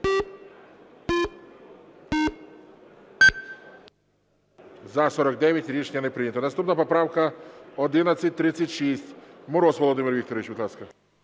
За-49 Рішення не прийнято. Наступна поправка 1136. Мороз Володимир Вікторович, будь ласка.